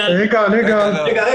מי